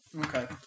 Okay